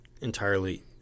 entirely